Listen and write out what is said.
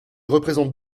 représente